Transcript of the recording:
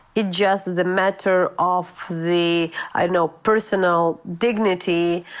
it's just the matter of the you know personal dignity,